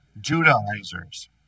Judaizers